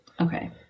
okay